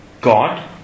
God